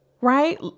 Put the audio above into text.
right